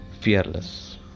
fearless